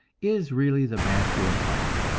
is really the mastery of life.